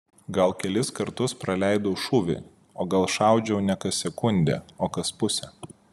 gal kelis kartus praleidau šūvį o gal šaudžiau ne kas sekundę o kas pusę